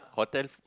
hotel